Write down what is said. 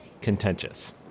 contentious